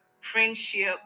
friendship